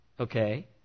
Okay